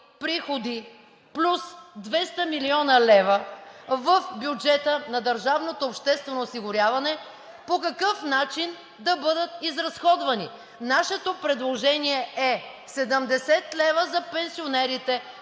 приходи плюс 200 млн. лв. в бюджета на държавното обществено осигуряване по какъв начин да бъдат изразходвани. Нашето предложение е 70 лв. за пенсионерите